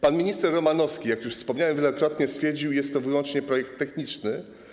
Pan minister Romanowski, jak już wspomniałem wielokrotnie, stwierdził, że jest to wyłącznie projekt techniczny.